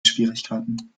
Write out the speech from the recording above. schwierigkeiten